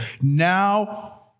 Now